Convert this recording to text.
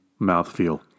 mouthfeel